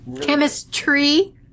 Chemistry